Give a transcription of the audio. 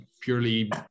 purely